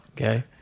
Okay